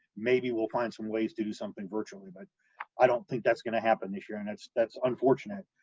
maybe we'll find some ways to do something virtually, but i don't think that's going to happen this year and that's, that's unfortunate.